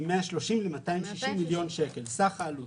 סף העלות